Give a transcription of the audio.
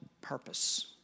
purpose